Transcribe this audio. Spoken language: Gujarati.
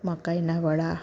મકાઈના વડા